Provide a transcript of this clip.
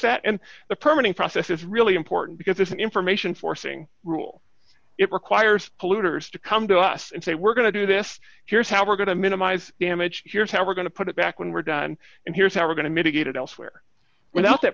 that and the permanent process is really important because this information forcing rule it requires polluters to come to us and say we're going to do this here's how we're going to minimize damage here's how we're going to put it back when we're done and here's how we're going to mitigate it elsewhere without that